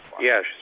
Yes